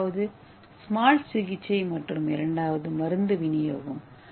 முதலாவது ஸ்மார்ட் சிகிச்சை மற்றும் இரண்டாவது மருந்து விநியோகம்